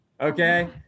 okay